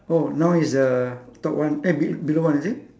oh now is a top one eh be~ below one is it